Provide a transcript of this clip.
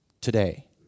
today